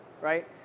right